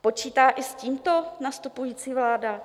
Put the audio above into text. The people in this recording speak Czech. Počítá i s tímto nastupující vláda?